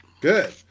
Good